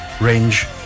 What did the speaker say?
range